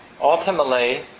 ultimately